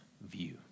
view